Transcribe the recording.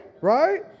Right